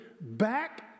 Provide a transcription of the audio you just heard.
back